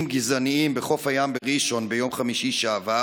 גזענים בחוף הים בראשון ביום חמישי שעבר.